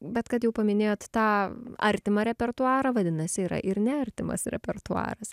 bet kad jau paminėjot tą artimą repertuarą vadinasi yra ir ne artimas repertuaras